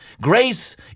Grace